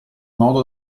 modo